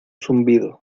zumbido